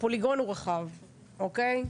הפוליגון הוא רחב, אוקיי?